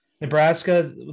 Nebraska